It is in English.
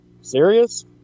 Serious